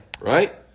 right